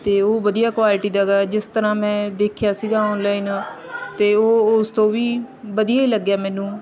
ਅਤੇ ਉਹ ਵਧੀਆ ਕੁਆਲਿਟੀ ਦਾ ਗਾ ਜਿਸ ਤਰ੍ਹਾਂ ਮੈਂ ਦੇਖਿਆ ਸੀਗਾ ਔਨਲਾਈਨ ਅਤੇ ਉਹ ਉਸ ਤੋਂ ਵੀ ਵਧੀਆ ਹੀ ਲੱਗਿਆ ਮੈਨੂੰ